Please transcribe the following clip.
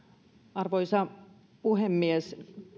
arvoisa puhemies